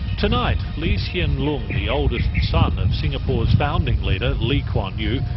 tonight, lee sien lung, the oldest son of singapore's founding leader lee kuan yew,